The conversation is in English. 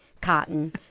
cotton